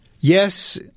Yes